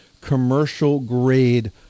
commercial-grade